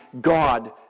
God